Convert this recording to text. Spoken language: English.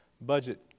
budget